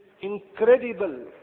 incredible